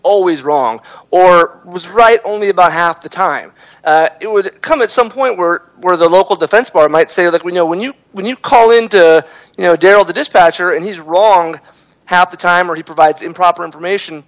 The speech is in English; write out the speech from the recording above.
always wrong or was right only about half the time it would come at some point were were the local defense bar might say that we know when you when you call in to you know darryl the dispatcher and he's wrong half the time or he provides improper information